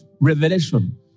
revelation